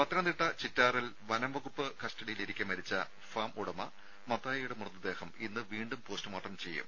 പത്തനംതിട്ട ചിറ്റാറിൽ വനംവകുപ്പ് കസ്റ്റഡിയിലിരിക്കെ മരിച്ച ഫാം ഉടമ മത്തായിയുടെ മൃതദേഹം ഇന്ന് വീണ്ടും പോസ്റ്റുമോർട്ടം നടത്തും